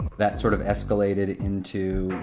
that sort of escalated into